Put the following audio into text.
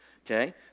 Okay